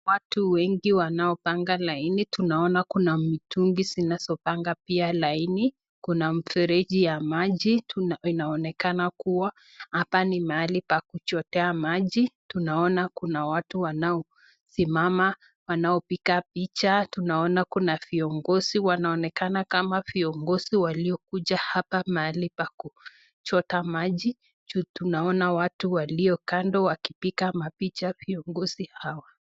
Watu wengi wanaopanga laini naona kuna mtungi zinazopanga pia laini, Kuna mfereji ya maji inaonekana kuwa hapa ni mahali pa kichotea maji, tunaona kuna watu wanao simama, wanaopiga picha. Tunaona kuna viongozi wanaonekana Kama viongozi waliokuja hapa mahali pa kuchota maji, tunaona watu walio kando wakipiga mapicha viongozi hawa.